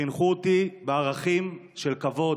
חינכו אותי בערכים של כבוד: